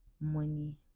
money